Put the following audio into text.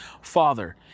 father